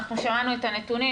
שמענו את הנתונים,